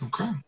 Okay